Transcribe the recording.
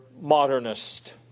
modernist